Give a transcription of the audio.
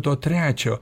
to trečio